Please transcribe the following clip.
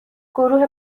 گروه